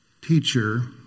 teacher